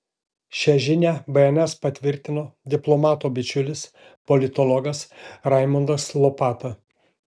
šią žinią bns patvirtino diplomato bičiulis politologas raimundas lopata